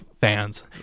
fans